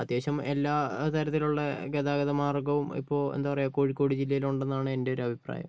അത്യാവശ്യം എല്ലാ തരത്തിലുള്ള ഗതാഗത മാർഗ്ഗവും ഇപ്പോൾ എന്താ പയുക കോഴിക്കോട് ജില്ലയിൽ ഉണ്ടെന്നാണ് എൻ്റെ ഒരു അഭിപ്രായം